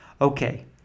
Okay